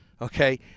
okay